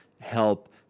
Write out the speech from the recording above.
help